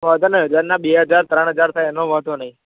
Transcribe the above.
વાંધો નય હજારના બે હજાર ત્રણ હજાર થાય એનો વાંધો નય